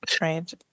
right